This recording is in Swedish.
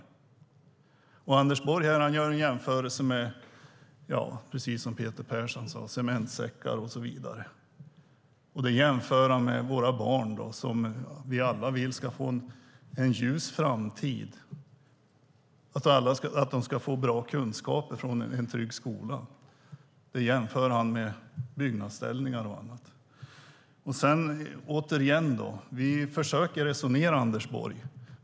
Precis som Peter Persson sade gör Anders Borg en jämförelse med cementsäckar och så vidare. Han jämför det med våra barn, som vi alla vill ska få en ljus framtid och bra kunskaper från en trygg skola. Våra barn jämför han med byggnadsställningar och annat. Jag vill återigen säga, Anders Borg, att vi försöker resonera.